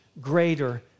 greater